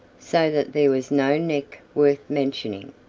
so that there was no neck worth mentioning.